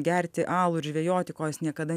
gerti alų ir žvejoti ko jis niekada